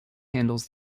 handles